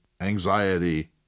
anxiety